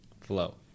flow